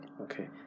Okay